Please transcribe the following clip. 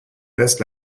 this